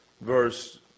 verse